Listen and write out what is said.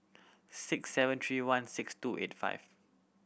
six seven three one six two eight five